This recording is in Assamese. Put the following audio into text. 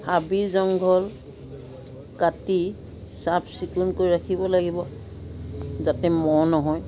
হাবি জংঘল কাটি চাফ চিকুণকৈ ৰাখিব লাগিব যাতে মহ নহয়